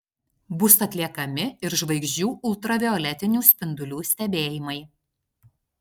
bus atliekami ir žvaigždžių ultravioletinių spindulių stebėjimai